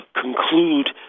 conclude